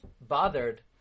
bothered